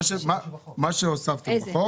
מה שהוספתם בחוק.